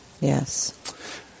Yes